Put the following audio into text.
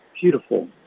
beautiful